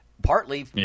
Partly